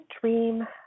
dream